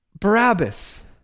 Barabbas